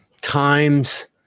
times